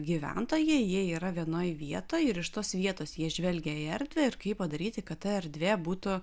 gyventojai jie yra vienoj vietoj ir iš tos vietos jie žvelgia į erdvę ir kaip padaryti kad ta erdvė būtų